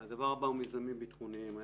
הבא הוא מיזמים ביטחוניים.